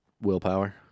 willpower